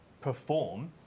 perform